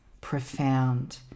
profound